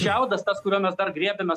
šiaudas tas kurio mes dar griebiamės